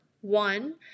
one